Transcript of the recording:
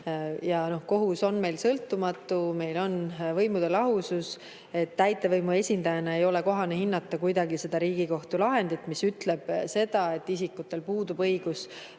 Kohus on meil sõltumatu, meil on võimude lahusus. Täitevvõimu esindajana ei ole kohane kuidagi hinnata seda Riigikohtu lahendit, mis ütleb, et isikutel puudub õigus